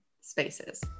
spaces